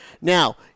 Now